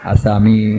Asami